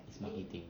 it's marketing